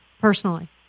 personally